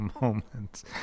moments